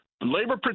labor